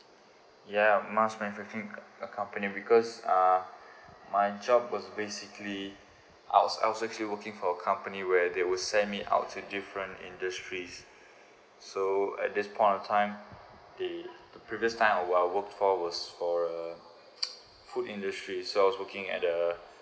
ya mask manufacturing uh company because uh my job was basically out~ I was actually working for company where they will send me out to different industries so at this point of time the previous time while I work for was for food industry so I was looking at the uh